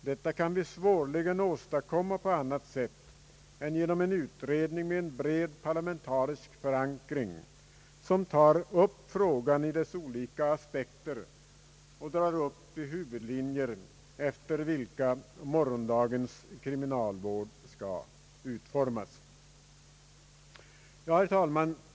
Detta kan vi svårligen få på annat sätt än genom en utredning med en bred parlamentarisk förankring, som tar upp frågan i dess olika aspekter och drar upp de huvudlinjer efter vilka morgondagens kriminalvård skall utformas. Herr talman!